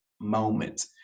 moment